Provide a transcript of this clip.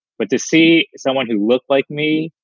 but to see someone who looks like me,